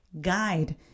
guide